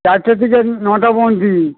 চারটে থেকে নটা পর্যন্ত